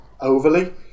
overly